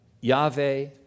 Yahweh